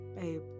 babe